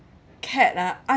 cat ah